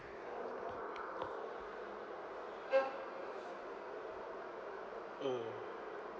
mm